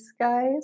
guys